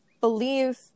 believe